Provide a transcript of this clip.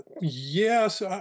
yes